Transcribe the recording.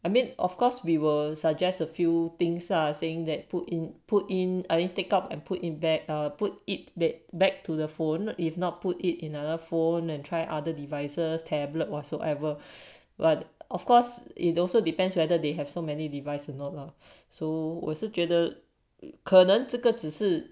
I mean of course we were suggest a few things ah saying that put in put in I take up and put impact or put it back to the phone if not put it in other phone and try other devices tablet whatsoever but of course it also depends whether they have so many devices or not lah so 我是觉得可能这个只是